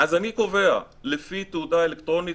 אז אני קובע: לפי תעודה אלקטרונית,